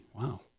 wow